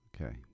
Okay